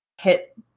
hit